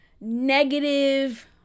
negative